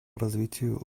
развитию